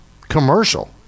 commercial